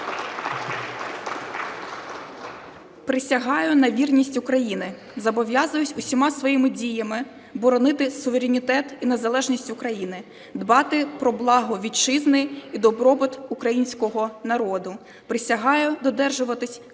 Присягаю на вірність Україні. Зобов'язуюсь усіма своїми діями боронити суверенітет і незалежність України, дбати про благо Вітчизни і добробут Українського народу. Присягаю додержуватися